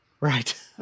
Right